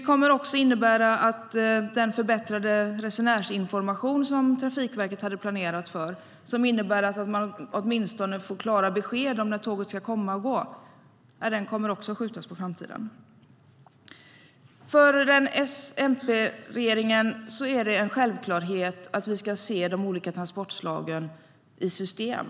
Den förbättrade resenärsinformation som Trafikverket hade planerat för, som innebär att man åtminstone får klara besked om när tåget ska komma och gå, kommer också att skjutas på framtiden. För S-MP-regeringen är det en självklarhet att vi ska se de olika transportslagen i system.